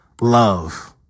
love